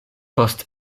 post